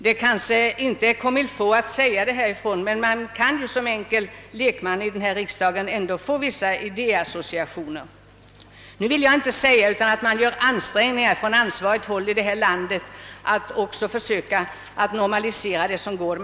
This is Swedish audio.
Det är kanske inte comme il faut att säga det här från talarstolen, men man kan som enkel lekman i riksdagen ändå få vissa idéassociationer. Nu vill jag inte säga annat än att man på ansvarigt håll här i landet gör ansträngningar att försöka normalisera förhållandena så gott det går.